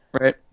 Right